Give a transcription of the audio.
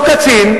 אותו קצין,